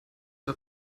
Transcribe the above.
war